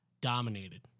Dominated